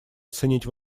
оценить